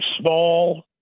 small